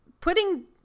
putting